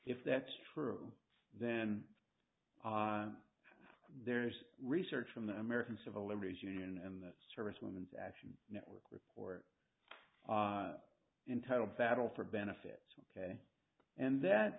if that's true then there's research from the american civil liberties union and the service women's action network report entitled battle for benefits ok and that